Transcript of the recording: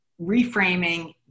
reframing